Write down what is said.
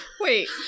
Wait